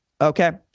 okay